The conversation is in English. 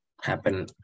happen